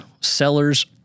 sellers